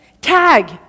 Tag